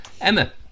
Emma